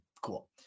Cool